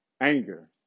anger